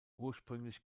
ursprünglich